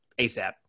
ASAP